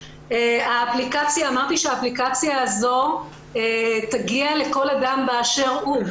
האפליקציה הזאת תגיע לכל אדם באשר הוא.